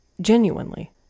genuinely